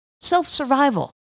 Self-survival